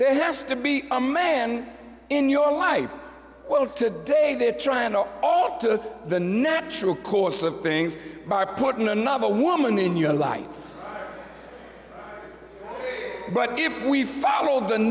there has to be a man in your life well today they're trying to all up to the natural course of things by putting another woman in your life but if we follow the